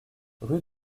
rue